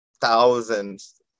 thousands